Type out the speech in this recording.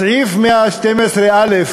סעיף 112(א)